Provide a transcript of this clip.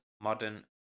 modern